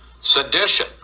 sedition